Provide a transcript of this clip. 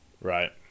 Right